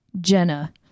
Jenna